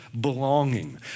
belonging